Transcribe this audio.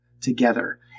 together